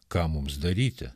ką mums daryti